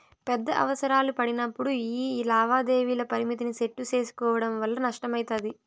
పెద్ద అవసరాలు పడినప్పుడు యీ లావాదేవీల పరిమితిని సెట్టు సేసుకోవడం వల్ల నష్టమయితది